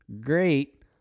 great